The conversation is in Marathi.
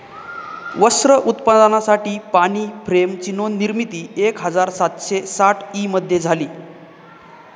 वस्त्र उत्पादनासाठी पाणी फ्रेम ची निर्मिती एक हजार सातशे साठ ई मध्ये झाली